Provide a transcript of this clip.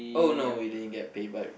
oh no we didn't get paid but